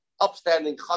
upstanding